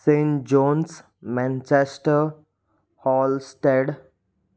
Saint John's Manchester Halstead